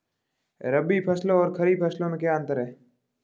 रबी फसलों और खरीफ फसलों में क्या अंतर है?